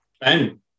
Ben